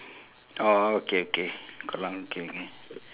orh okay okay klang K okay